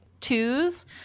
twos